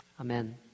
Amen